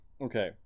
okay